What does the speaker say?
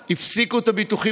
הינה, החוקים